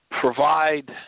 provide